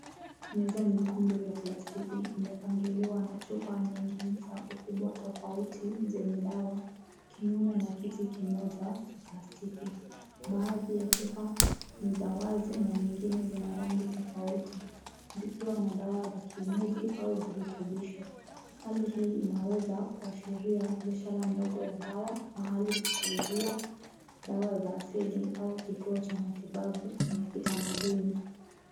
Meza nyekundu ya plastiki imepangiliwa na chupa nyingi za ukubwa tofauti zenye dawa, kinyume na kiti kimoja cha plastiki. Baadhi ya chupa ni za wazi na nyingine zina rangi tofauti, zikiwa na dawa ya kienyeji au virutubisho. Hali hii inaweza kuashiria biashara ndogo ya dawa, mahali pa kuuzia, dawa za asili au kituo cha matibabu ya kitamaduni.